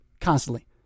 Constantly